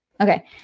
Okay